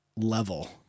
level